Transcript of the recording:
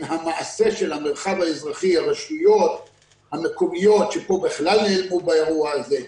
המעשה של המרחב האזרחי הרשויות המקומיות שפה בכלל נעלמו באירוע הזה,